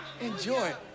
Enjoy